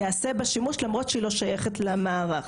ייעשה בה שימוש למרות שהיא לא שייכת למערך.